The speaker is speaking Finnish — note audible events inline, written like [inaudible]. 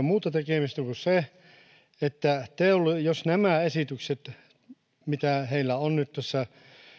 [unintelligible] muuta tekemistä kuin se että jos nämä esitykset mitä heillä on nyt tässä